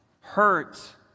hurt